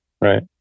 right